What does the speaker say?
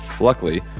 Luckily